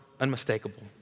unmistakable